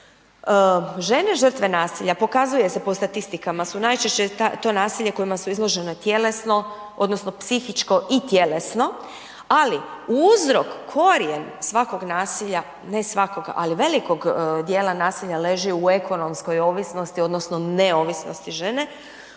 žene žrtve nasilja, pokazuje se po statistikama su najčešće to nasilje kojima su izložene tjelesno, odnosno psihičko i tjelesno ali uzrok, korijen svakog nasilja, ne svakog, ali veliko dijela nasilja leži u ekonomskoj ovisnosti odnosno neovisnosti žene